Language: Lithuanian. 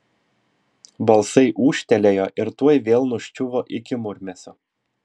balsai ūžtelėjo ir tuoj vėl nuščiuvo iki murmesio